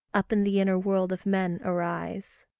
up in the inner world of men arise.